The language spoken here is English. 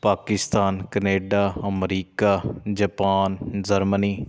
Pakistan Canada America Japan Germany